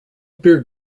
beer